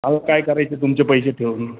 अहो काय करायचं तुमचे पैसे ठेवून